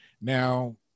now